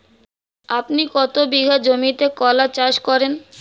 আপনি কত বিঘা জমিতে কলা চাষ করেন?